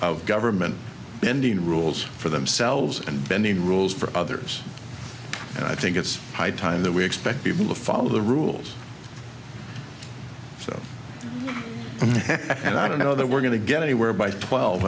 of government bending rules for themselves and bending rules for others and i think it's high time that we expect people to follow the rules and i don't know that we're going to get anywhere by twelve